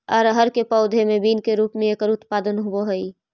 अरहर के पौधे मैं बीन के रूप में एकर उत्पादन होवअ हई